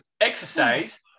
exercise